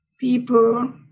people